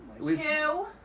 Two